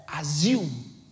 assume